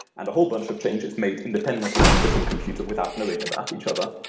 and a whole bunch of changes made independently on a different computer without knowing about each other.